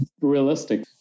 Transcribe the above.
realistic